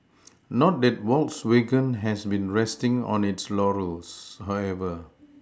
not that Volkswagen has been resting on its laurels however